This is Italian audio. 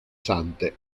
sante